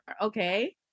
okay